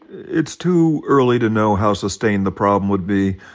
it's too early to know how sustained the problem would be.